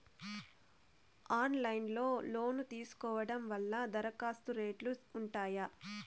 Online లో loan తీసుకోవడం వల్ల దరఖాస్తు రేట్లు ఉంటాయా?